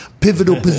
Pivotal